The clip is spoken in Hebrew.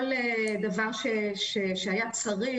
כל דבר שהיה צריך,